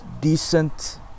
decent